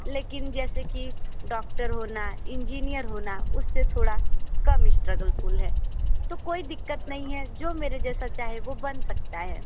लेकिन जैसे कि डॉक्टर होना इंजीनियर होना उससे थोड़ा कम स्ट्रगलेफुल है तो कोई दिक्कत नहीं है जो मेरे जैसा चाहे वो बन सकता है